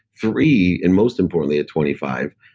three, and most importantly at twenty five,